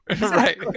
Right